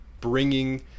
bringing